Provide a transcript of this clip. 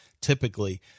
typically